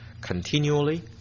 continually